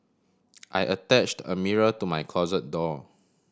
I attached a mirror to my closet door